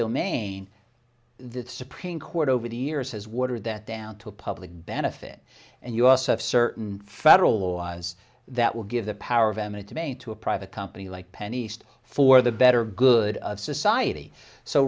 domain the supreme court over the years has watered that down to a public benefit and you also have certain federal laws that will give the power of eminent domain to a private company like penny east for the better good of society so